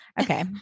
Okay